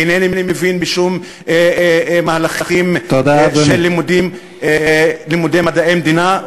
אינני מבין בשום מהלכים של לימודי מדעי המדינה.